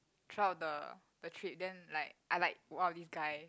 throughout the the trip then like I like go out with this guy